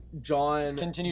John